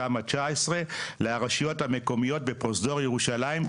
תמ"א 19 לרשויות המקומיות בפרוזדור ירושלים,